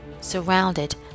surrounded